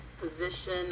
position